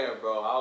bro